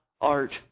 art